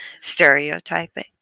stereotyping